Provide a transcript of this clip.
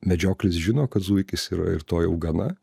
medžioklis žino kad zuikis yra ir to jau gana